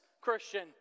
Christian